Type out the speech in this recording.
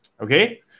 okay